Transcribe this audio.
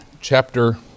chapter